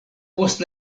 post